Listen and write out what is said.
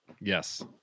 Yes